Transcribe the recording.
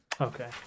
Okay